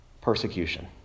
persecution